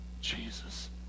Jesus